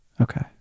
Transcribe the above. Okay